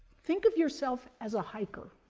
think of yourself as a hiker.